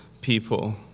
people